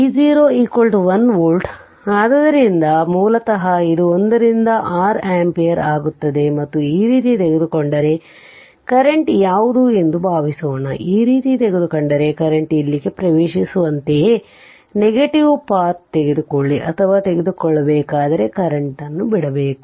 V0 1 volt ಆದ್ದರಿಂದ ಮೂಲತಃ ಇದು 1 ರಿಂದ 6 ಆಂಪಿಯರ್ ಆಗುತ್ತದೆ ಮತ್ತು ಈ ರೀತಿ ತೆಗೆದುಕೊಂಡರೆ ಕರೆಂಟ್ ಯಾವುದು ಎಂದು ಭಾವಿಸೋಣ ಈ ರೀತಿ ತೆಗೆದುಕೊಂಡರೆ ಕರೆಂಟ್ ಇಲ್ಲಿಗೆ ಪ್ರವೇಶಿಸುವಂತೆಯೇ ನೆಗೆಟಿವ್ ಪಾತ್ ತೆಗೆದುಕೊಳ್ಳಿ ಅಥವಾ ತೆಗೆದುಕೊಳ್ಳಬೇಕಾದರೆ ಕರೆಂಟ್ ಅನ್ನು ಬಿಡಬೇಕು